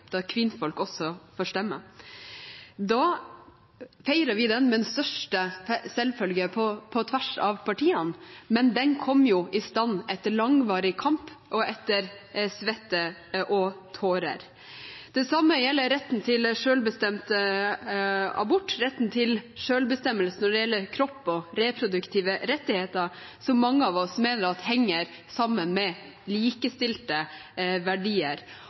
da kvinnfolk også fikk stemme. Da feiret vi stemmeretten med den største selvfølge på tvers av partiene, men den kom jo i stand etter en langvarig kamp og etter svette og tårer. Det samme gjelder retten til selvbestemt abort, retten til selvbestemmelse over kropp og reproduktive rettigheter, som mange av oss mener at henger sammen med likestilte verdier.